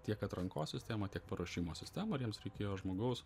tiek atrankos sistemą tiek paruošimo sistemą ir jiems reikėjo žmogaus